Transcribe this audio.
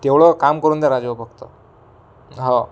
तेवढं काम करून द्या राजे ओ फक्त हो